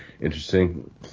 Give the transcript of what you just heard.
interesting